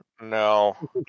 No